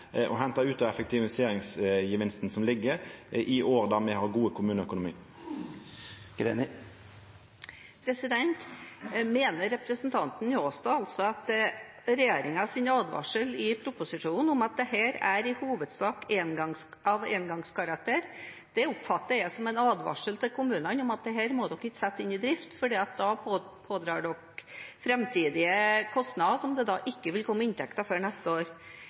og henta ut effektiviseringsgevinsten som ligg i år med god kommuneøkonomi. Regjeringens advarsel i proposisjonen om at dette er «i hovedsak av engangskarakter», oppfatter jeg som en advarsel til kommunene om at dette må de sette inn i drift, for de pådrar seg framtidige kostnader som det ikke vil komme inntekter for neste år.